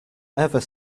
ever